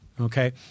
okay